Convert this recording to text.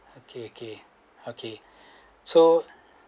okay okay okay so